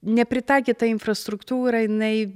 nepritaikyta infrastruktūra jinai